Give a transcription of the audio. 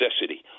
necessity